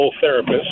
therapist